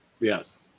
Yes